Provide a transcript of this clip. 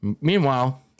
Meanwhile